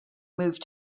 moved